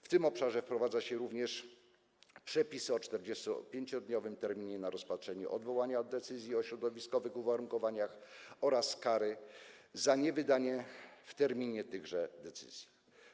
W tym obszarze wprowadza się również przepis o 45-dniowym terminie na rozpatrzenie odwołania od decyzji o środowiskowych uwarunkowaniach oraz kary za niewydanie w terminie tychże decyzji.